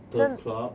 turf club